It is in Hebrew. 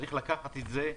חשוב מאוד לקחת את זה.